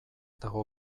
dago